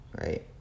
Right